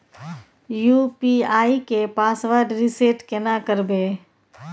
UPI के password reset केना करबे?